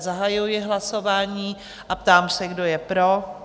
Zahajuji hlasování a ptám se, kdo je pro?